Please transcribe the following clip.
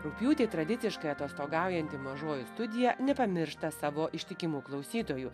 rugpjūtį tradiciškai atostogaujanti mažoji studija nepamiršta savo ištikimų klausytojų